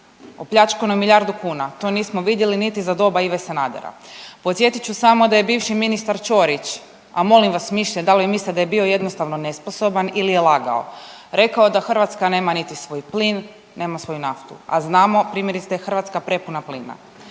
Opljačkano je milijardu kuna to nismo vidjeli niti za doba Ive Sanadera. Podsjetit ću samo da je bivši ministar Ćorić, a molim vas mišljenje da li vi mislite da je bio jednostavno nesposoban ili je lagao, rekao da Hrvatska nema niti svoj plin, nema svoju naftu? A znamo primjerice da je Hrvatska prepuna plina.